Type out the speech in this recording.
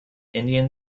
indian